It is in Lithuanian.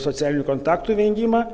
socialinių kontaktų vengimą